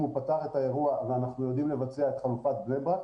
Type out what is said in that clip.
אם הוא פתר את האירוע ואנחנו יודעים לבצע את חלופת בני ברק,